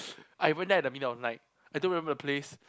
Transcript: I went there at the middle of the night I don't remember the place